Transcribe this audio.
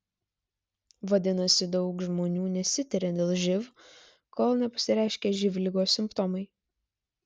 vadinasi daug žmonių nesitiria dėl živ kol nepasireiškia živ ligos simptomai